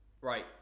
right